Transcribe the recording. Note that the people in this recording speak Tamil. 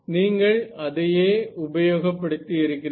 நீங்கள் அதையே உபயோகப் படுத்தி இருக்கிறீர்கள்